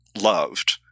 loved